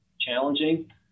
challenging